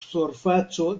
surfaco